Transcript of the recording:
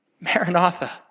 Maranatha